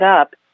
up